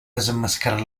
desemmascarat